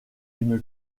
une